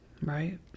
Right